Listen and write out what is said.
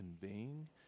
conveying